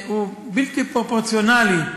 הוא בלתי פרופורציונלי.